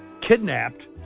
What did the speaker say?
kidnapped